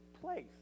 place